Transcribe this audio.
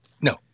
no